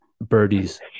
birdies